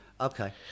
okay